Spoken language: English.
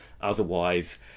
otherwise